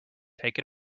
take